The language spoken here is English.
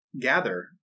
gather